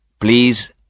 Please